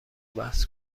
بحث